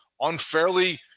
unfairly